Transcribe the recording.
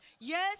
yes